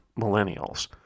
millennials